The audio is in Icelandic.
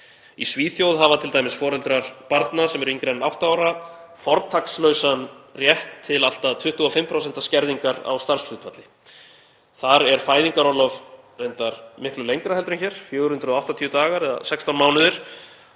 Í Svíþjóð hafa t.d. foreldrar barna sem eru yngri en átta ára fortakslausan rétt til allt að 25% skerðingar á starfshlutfalli. Þar er fæðingarorlof reyndar miklu lengra heldur en hér, 480 dagar eða 16 mánuðir,